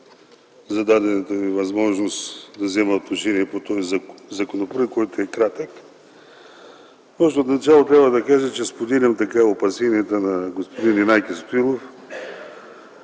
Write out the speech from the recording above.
за дадената ми възможност да взема отношение по този законопроект, който е кратък. Още в началото трябва да кажа, че споделям опасенията на господин Янаки Стоилов.